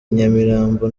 nyamirambo